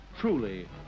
Truly